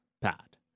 Pat